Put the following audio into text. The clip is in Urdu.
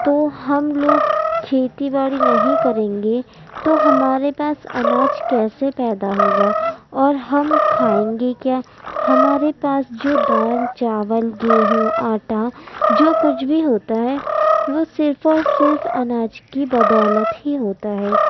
تو ہم لوگ کھیتی باڑی نہیں کریں گے تو ہمارے پاس اناج کیسے پیدا ہوگا اور ہم کھائیں گے کیا ہمارے پاس جو دال چاول گیہوں آٹا جو کچھ بھی ہوتا ہے وہ صرف اور صرف اناج کی بدولت ہی ہوتا ہے